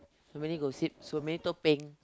so many gossip so many